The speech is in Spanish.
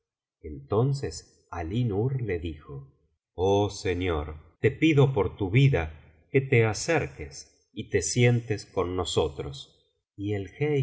entonces alí nur le dijo oh señor te pido por tu vida que te acerques y te sientes con nosotros y el